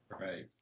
Right